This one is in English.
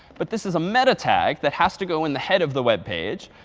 but this is a metatag that has to go in the head of the web page.